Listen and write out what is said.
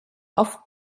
auf